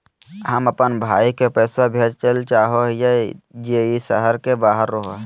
हम अप्पन भाई के पैसवा भेजल चाहो हिअइ जे ई शहर के बाहर रहो है